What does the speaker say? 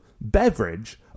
beverage